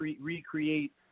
recreate